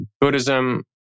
Buddhism